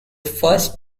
first